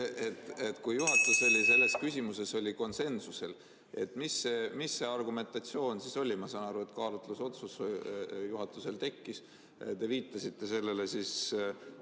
Kui juhatus oli selles küsimuses konsensusel, siis mis see argumentatsioon oli? Ma saan aru, et kaalutlusotsus juhatusel tekkis. Te viitasite sellele 51